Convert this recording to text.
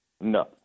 No